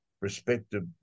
respective